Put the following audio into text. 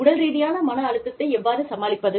உடல் ரீதியான மன அழுத்தத்தை எவ்வாறு சமாளிப்பது